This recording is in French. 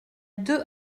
deux